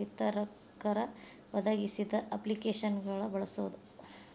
ವಿತರಕರ ಒದಗಿಸಿದ ಅಪ್ಲಿಕೇಶನ್ನ ಬಳಸೋದ